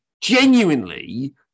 genuinely